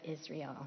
Israel